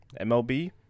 MLB